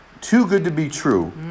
too-good-to-be-true